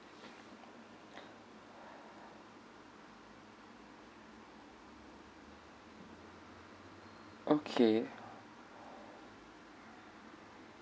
okay